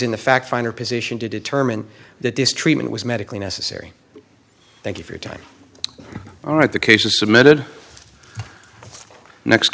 in the fact finder position to determine that this treatment was medically necessary thank you for your time all right the case was submitted next